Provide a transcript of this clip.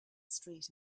street